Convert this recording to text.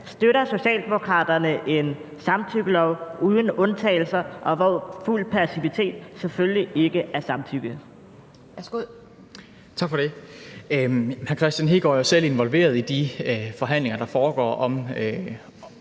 Støtter Socialdemokraterne en samtykkelov uden undtagelser, og hvor fuld passivitet selvfølgelig ikke er samtykke?